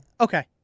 Okay